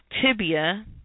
tibia